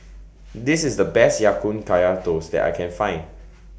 This IS The Best Ya Kun Kaya Toast that I Can Find